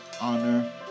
honor